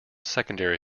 secondary